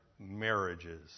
Marriages